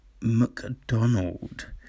McDonald